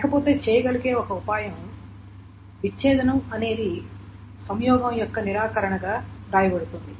లేకపోతే చేయగలిగేది ఒక ఉపాయం కాబట్టి విచ్ఛేదనం అనేది సంయోగం యొక్క నిరాకరణగా వ్రాయబడుతుంది